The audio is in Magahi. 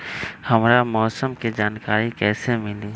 हमरा मौसम के जानकारी कैसी मिली?